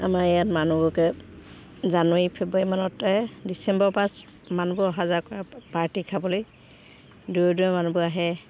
আমাৰ ইয়াত মানুহবোৰকে জানুৱাৰী ফেব্ৰুৱাৰী মাহতে ডিচেম্বৰ পাঁচ মানুহবোৰ অহা যোৱা কৰা পাৰ্টি খাবলে দূৰৰ দূৰৰ মানুহবোৰ আহে